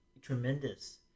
tremendous